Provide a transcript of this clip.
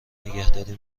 نگهداری